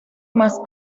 más